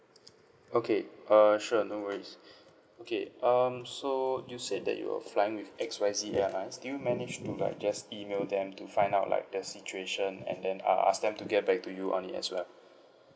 okay uh sure no worries okay um so you said that you were flying with X Y Z airline do you managed to like just email them to find out like the situation and then uh ask them to get back to you on it as well